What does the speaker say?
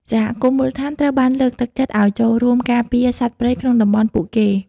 សហគមន៍មូលដ្ឋានត្រូវបានលើកទឹកចិត្តឱ្យចូលរួមការពារសត្វព្រៃក្នុងតំបន់ពួកគេ។